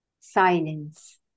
Silence